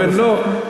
או לא,